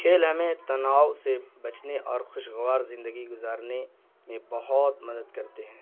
کھیل ہمیں تناؤ سے بچنے اور خوشگوار زندگی گزارنے میں بہت مدد کرتے ہیں